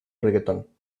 reggaeton